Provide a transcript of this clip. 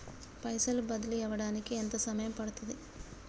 పైసలు బదిలీ అవడానికి ఎంత సమయం పడుతది?